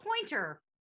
Pointer